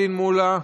פטין מולא,